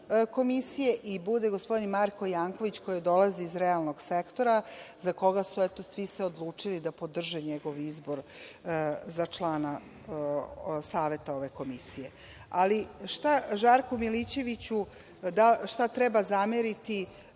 komisije i bude gospodin Marko Janković, koji dolazi iz realnog sektora za koga su se svi odlučili, da podrže njegov izbor za člana saveta ove komisije. Šta treba zameriti